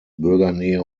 bürgernähe